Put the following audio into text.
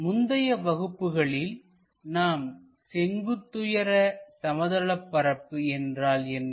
முந்தைய வகுப்புகளில் நாம் செங்குத்துயர சமதளப் பரப்பு என்றால் என்ன